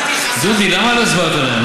דודי, למה לא הסברת להם?